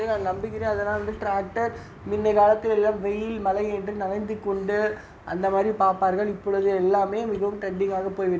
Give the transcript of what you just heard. இது நான் நம்புகிறேன் அதல்லாம் வந்து டிராக்டர் முன்ன காலத்தில் எல்லாம் வெயில் மழை என்று நனைந்து கொண்டு அந்தமாதிரி பார்ப்பார்கள் இப்பொழுது எல்லாம் மிகவும் டிரெண்டிங்காக போய் விட்டது